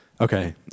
okay